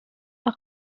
are